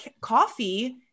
coffee